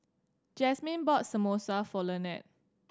Jazmyne bought Samosa for Lanette